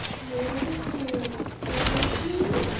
more than a penny?